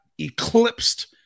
eclipsed